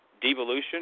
devolution